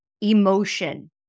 Emotion